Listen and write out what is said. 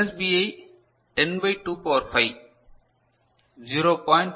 B 10 by 2 power 5 0